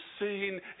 seen